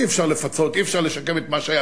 אי-אפשר לפצות ואי-אפשר לשקם את מה שהיה,